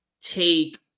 take